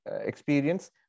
experience